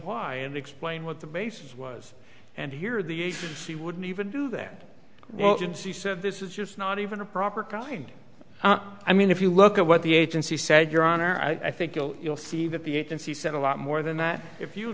why and explain what the basis was and here the agency wouldn't even do that well and she said this is just not even a proper kind i mean if you look at what the agency said your honor i think you'll see that the agency said a lot more than that if you